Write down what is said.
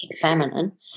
feminine